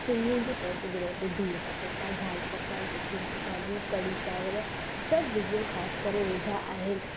सिंधियुनि जे प्रसिद्ध रोटी बीह पटेटा दालि पकवान टिकियुनि जि भाॼी कड़ी चांवर सभु विडियो ख़ासि करे विधा आहिनि